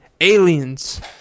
Aliens